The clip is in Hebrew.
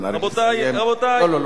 רבותי, רבותי, לא, לא, לא.